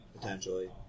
potentially